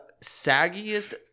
saggiest